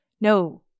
no